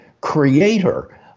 creator